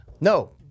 No